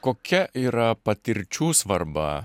kokia yra patirčių svarba